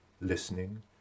listening